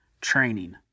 training